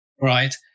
right